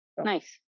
Nice